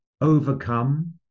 overcome